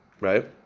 Right